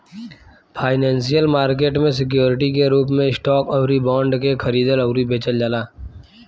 financial market में security के रूप में स्टॉक अउरी बॉन्ड के खरीदल अउरी बेचल जाला